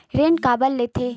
ऋण काबर लेथे?